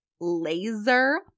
Laser